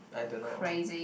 I don't know